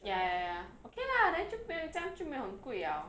ya ya ya okay lah then 就没有这样就没有很贵 liao